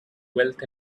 wealth